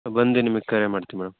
ಬಂದು ನಿಮಗೆ ಕರೆ ಮಾಡ್ತೀನಿ ಮೇಡಮ್